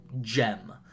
gem